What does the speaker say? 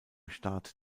staat